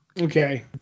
Okay